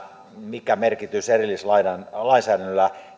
mikä merkitys erillislainsäädännöllä